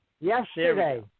Yesterday